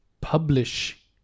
publish